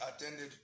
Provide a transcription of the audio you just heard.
attended